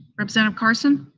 representative carson?